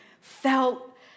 felt